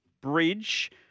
Bridge